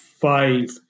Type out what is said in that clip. five